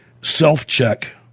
self-check